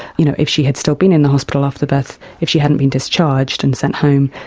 you know, if she had still been in the hospital after the birth, if she hadn't been discharged and sent home,